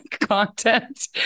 content